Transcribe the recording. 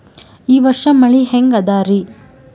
ಈ ವರ್ಷ ಮಳಿ ಹೆಂಗ ಅದಾರಿ?